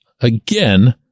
again